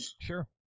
Sure